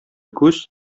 күз